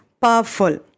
powerful